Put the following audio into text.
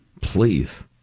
Please